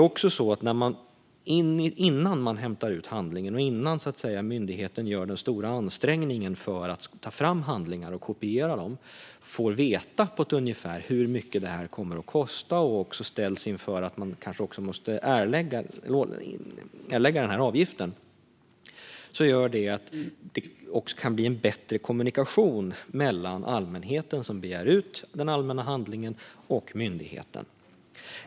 Om man innan man hämtar ut handlingar och innan myndigheten så att säga gör den stora ansträngningen för att ta fram handlingar och kopiera dem får veta på ett ungefär hur mycket detta kommer att kosta och också ställs inför att man kanske också måste erlägga denna avgift gör det att det kan bli en bättre kommunikation mellan allmänheten som begär ut allmänna handlingar och myndigheten.